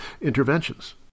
interventions